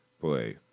Boy